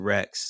Rex